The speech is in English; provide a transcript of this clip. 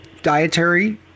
dietary